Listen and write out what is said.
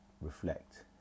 reflect